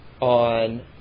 on